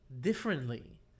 differently